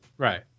Right